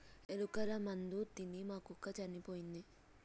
ఎలుకల మందు తిని మా కుక్క చనిపోయింది